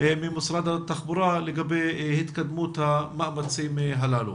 ממשרד התחבורה לגבי התקדמות המאמצים הללו.